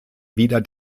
wieder